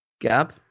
gap